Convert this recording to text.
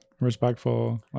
respectful